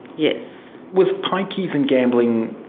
yes. was pokies and gambling,